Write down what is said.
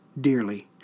dearly